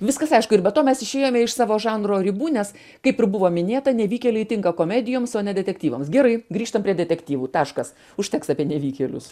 viskas aišku ir be to mes išėjome iš savo žanro ribų nes kaip ir buvo minėta nevykėliai tinka komedijoms o ne detektyvams gerai grįžtam prie detektyvų taškas užteks apie nevykėlius